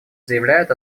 заявляет